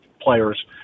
players